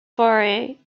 foray